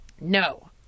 No